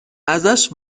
ازش